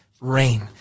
Rain